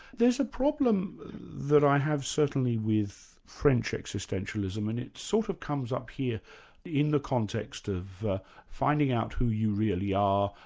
there's a problem that i have, certainly with french existentialism, and it sort of comes up here in the context of finding out who you really are,